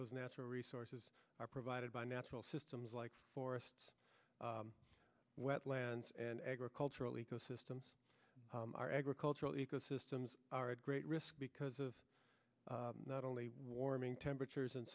those natural resources are provided by natural systems like forests wetlands and agricultural ecosystems our agricultural ecosystems are at great risk because of not only warming temperatures